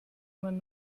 man